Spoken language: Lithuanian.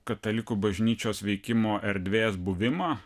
katalikų bažnyčios veikimo erdvės buvimą